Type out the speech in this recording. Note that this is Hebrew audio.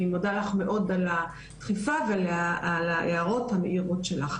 מודה לך מאוד על הדחיפה ועל ההערות המאירות שלך.